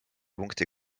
punkti